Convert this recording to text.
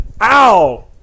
Ow